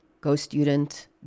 GoStudent